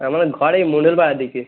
আমার ঘরে মণ্ডল পাড়ার দিকে